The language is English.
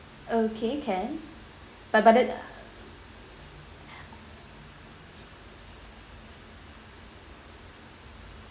okay can but but then